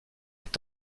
est